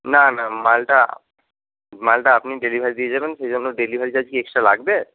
না না মালটা মালটা আপনি ডেলিভারি দিয়ে যাবেন সেই জন্য ডেলিভারি চার্জ কি এক্সট্রা লাগবে